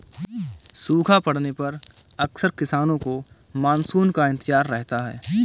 सूखा पड़ने पर अक्सर किसानों को मानसून का इंतजार रहता है